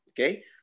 Okay